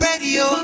radio